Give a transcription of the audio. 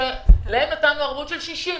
שלהם נתנו ערבות של 60%,